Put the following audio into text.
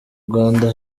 rwanda